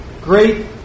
Great